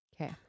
Okay